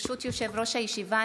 ברשות יושב-ראש הישיבה,